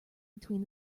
between